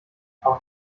auch